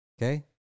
Okay